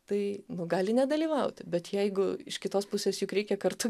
tai nu gali nedalyvauti bet jeigu iš kitos pusės juk reikia kartu